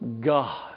God